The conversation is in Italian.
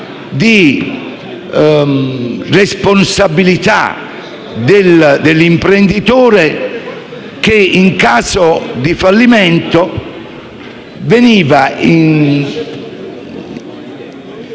di responsabilità dell'imprenditore che, in caso di fallimento, veniva visto